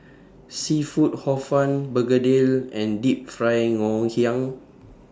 Seafood Hor Fun Begedil and Deep Fried Ngoh Hiang